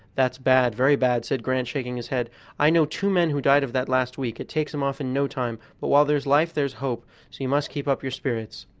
that's bad, very bad, said grant, shaking his head i know two men who died of that last week it takes em off in no time but while there's life there's hope, so you must keep up your spirits.